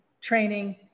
training